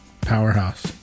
Powerhouse